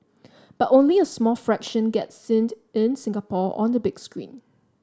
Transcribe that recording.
but only a small fraction get seen in Singapore on the big screen